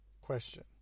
Question